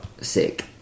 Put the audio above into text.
sick